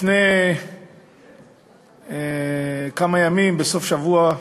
לפני כמה ימים, בסוף השבוע,